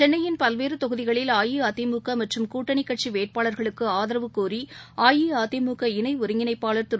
சென்னையின் பல்வேறுதொகுதிகளில் அஇஅதிமுகமற்றும் கூட்டணிக் கட்சிவேட்பாளர்களுக்குஆதரவு கோரி அஇஅதிமுக இணைஒருங்கிணைப்பாளர் திரு